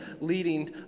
leading